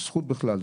זו זכות בכלל,